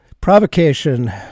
provocation